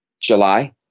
July